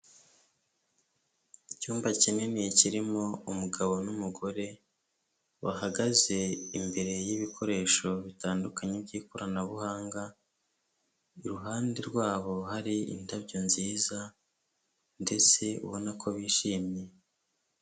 Icyumba kinini kirimo umugabo n'umugore, bahagaze imbere y'ibikoresho bitandukanye by'ikoranabuhanga, iruhande rwabo hari indabyo nziza ndetse ubona ko bishimye.